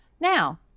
Now